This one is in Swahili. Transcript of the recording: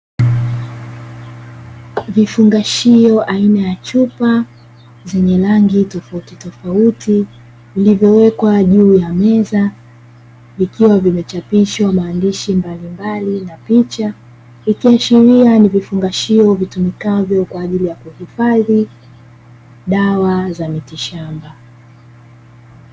Vifungashio aina ya chupa zenye rangi tofauti tofauti zilizowekwa juu ya meza vikiwa vimechapishwa maandishi mbalimbali na picha, ikiashiria ni vifungashio vitumikavyo kwajili ya kuhifadhi dawa za miti shamba.